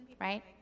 Right